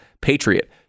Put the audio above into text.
patriot